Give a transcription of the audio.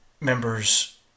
members